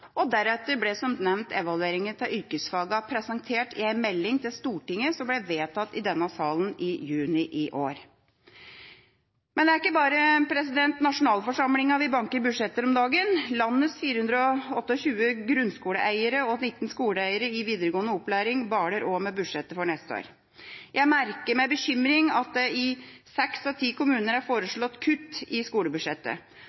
arbeidslivsfag. Deretter ble som nevnt evalueringen av yrkesfagene presentert i en melding til Stortinget som ble vedtatt i denne salen i juni i år. Det er ikke bare i nasjonalforsamlingen vi banker budsjetter om dagen. Landets 428 grunnskoleeiere og 19 skoleeiere i videregående opplæring baler også med budsjettet for neste år. Jeg merker meg med bekymring at det i seks av ti kommuner er